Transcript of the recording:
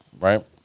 right